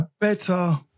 better